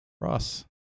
Ross